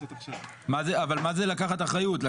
אבל מה זה לקחת אחריות?